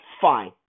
fine